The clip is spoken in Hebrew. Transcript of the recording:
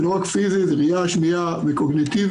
זה לא רק פיזי, זה ראיה, שמיעה וקוגניטיבי.